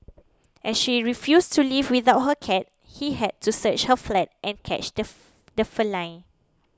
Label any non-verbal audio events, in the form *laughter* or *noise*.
as she refused to leave without her cat he had to search her flat and catch the *hesitation* the feline